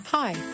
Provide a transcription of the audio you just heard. Hi